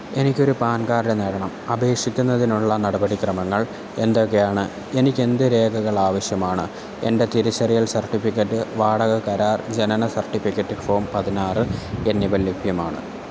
എനിക്കൊരു PAN card നേടണം അപേക്ഷിക്കുന്നതിനുള്ള നടപടിക്രമങ്ങൾ എന്തൊക്കെയാണ് എനിക്ക് എന്ത് രേഖകൾ ആവശ്യമാണ് എൻ്റെ തിരിച്ചറിയൽ സർട്ടിഫിക്കറ്റ് വാടക കരാർ ജനന സർട്ടിഫിക്കറ്റ് ഫോം പതിനാറ് എന്നിവ ലഭ്യമാണ്